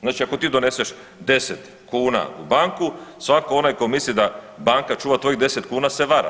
Znači ako ti doneseš 10 kuna u banku svako onaj ko misli da banka čuva tvojih 10 kuna se vara.